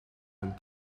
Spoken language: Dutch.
hun